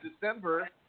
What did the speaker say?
December